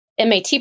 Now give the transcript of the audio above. MAT